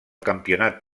campionat